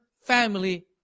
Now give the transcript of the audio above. family